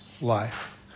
life